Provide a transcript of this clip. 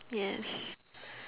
yes